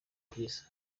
bwiza